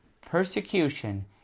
persecution